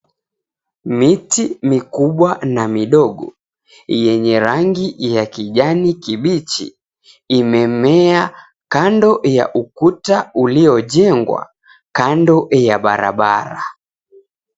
Miti mikubwa na midogo yenye rangi ya kijani kibichi imemea kando ya ukuta uliojengwa kando ya barabara.